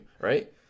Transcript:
right